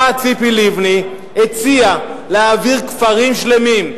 ציפי לבני הציעה להעביר כפרים שלמים,